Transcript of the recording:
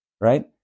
right